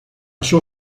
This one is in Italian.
sua